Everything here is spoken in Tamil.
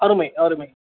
அருமை அருமை